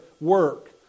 work